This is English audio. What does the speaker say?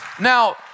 Now